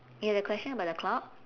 you have a question about the clock